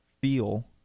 feel